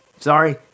sorry